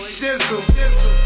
Shizzle